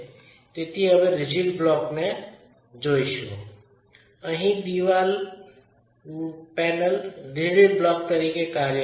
તેથી હવે રિજીડ બ્લોકને જોશું અહી દિવાલ પેનલ રિજીડ બ્લોકની તરીકે કાર્ય કરે છે